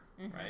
right